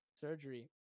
surgery